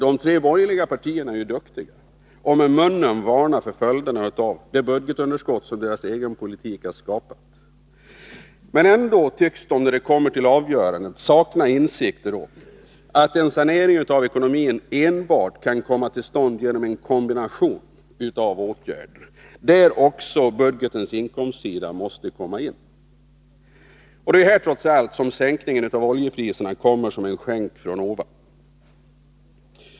De tre borgerliga partierna är ju duktiga på att med munnen varna för följderna av det budgetunderskott som deras egen politik har skapat, men ändå tycks de när de kommer till avgörande sakna insikter om att en sanering av ekonomin enbart kan komma till stånd genom en kombination av åtgärder, där även budgetens inkomstsida måste komma in. Det är här som sänkningen av oljepriserna kommer som en skänk från ovan.